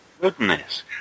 goodness